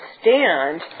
stand